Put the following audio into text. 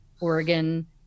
Oregon